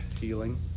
healing